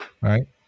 Right